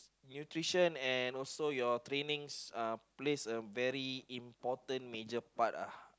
nutrition and also your training uh plays a very important part uh